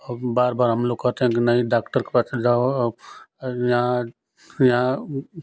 अब बार बार हम लोग कहते हैं कि नहीं डॉक्टर के पास ले के जाओ अब यहाँ यहाँ